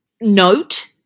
note